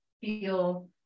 feel